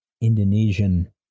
Indonesian